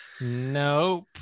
nope